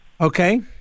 okay